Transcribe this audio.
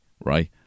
Right